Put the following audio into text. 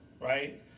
right